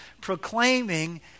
proclaiming